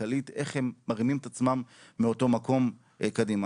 כלכלית איך הם מרימים את עצמם מאותו מקום קדימה.